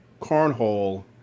cornhole